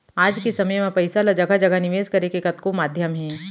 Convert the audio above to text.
आज के समे म पइसा ल जघा जघा निवेस करे के कतको माध्यम हे